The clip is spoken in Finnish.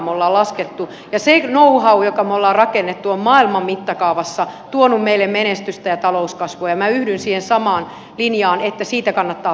ja se know how jonka me olemme rakentaneet on maailman mittakaavassa tuonut meille menestystä ja talouskasvua ja minä yhdyn siihen samaan linjaan että siitä kannattaa pitää kiinni